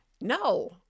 No